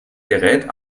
gerät